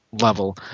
level